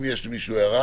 אם למישהו יש הערה